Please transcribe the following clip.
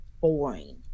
boring